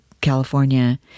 California